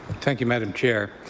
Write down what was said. thank you, madam chair.